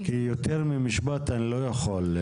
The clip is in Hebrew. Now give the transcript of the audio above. כי יותר ממשפט אני לא יכול.